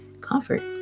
comfort